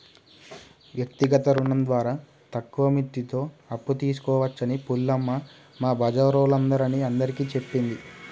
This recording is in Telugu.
వ్యక్తిగత రుణం ద్వారా తక్కువ మిత్తితో అప్పు తీసుకోవచ్చని పూలమ్మ మా బజారోల్లందరిని అందరికీ చెప్పింది